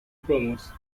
promotes